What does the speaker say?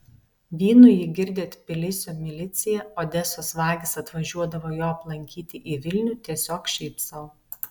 vynu jį girdė tbilisio milicija odesos vagys atvažiuodavo jo aplankyti į vilnių tiesiog šiaip sau